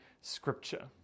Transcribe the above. scripture